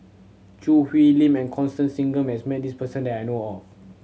Choo Hwee Lim and Constance Singam has met this person that I know of